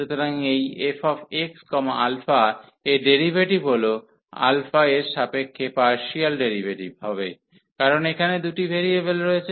সুতরাং এই fxα এর ডেরিভেটিভ হল α এর সাপেক্ষে পার্সিয়াল ডেরিভেটিভ হবে কারণ এখানে দুটি ভেরিয়েবল রয়েছে